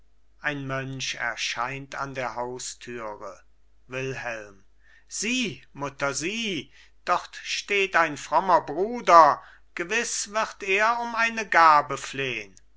ein mönch erscheint an der haustüre wilhelm sieh mutter sieh dort steht ein frommer bruder gewiss wird er um eine gabe flehn